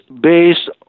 based